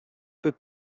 peut